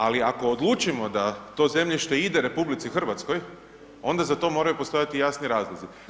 Ali ako odlučimo da to zemljište ide RH, onda za to moraju postojati jasni razlozi.